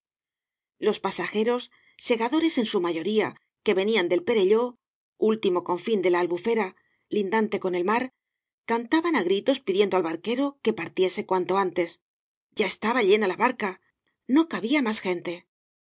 los pasajeros segadores en su mayoría que venían del perelló último confín de la albufera lindante con el mar cantaban á gritos pidiendo al barquero que partiese cuanto antes ya estaba llena la barcal no cabía más gente así